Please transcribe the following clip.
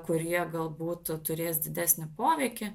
kurie galbūt turės didesnį poveikį